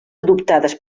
adoptades